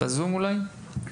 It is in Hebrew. איל"ן.